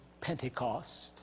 Pentecost